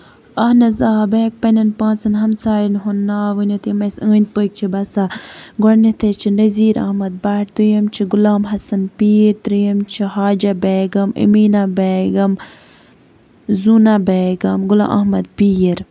اہن حظ اۭں بہٕ ہٮ۪کہٕ پنٕنٮ۪ن پانٛژَن ہَمسایَن ہُنٛد ناو ؤنِتھ یِم أسۍ أنٛدۍ پٔکۍ چھِ بَسان گۄڈنٮ۪تھٕے چھِ نظیٖر احمد بَٹ دوٚیِم چھِ غُلام حَسَن پیٖر ترٛیٚیِم چھِ حاجا بیگَم أمیٖنا بیگَم زوٗنا بیگَم غلام احمد پیٖر